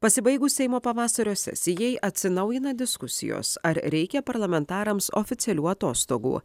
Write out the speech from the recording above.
pasibaigus seimo pavasario sesijai atsinaujina diskusijos ar reikia parlamentarams oficialių atostogų